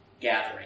gathering